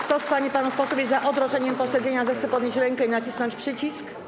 Kto z pań i panów posłów jest za odroczeniem posiedzenia, zechce podnieść rękę i nacisnąć przycisk.